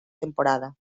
temporada